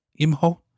Imho